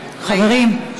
חברים.